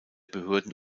behörde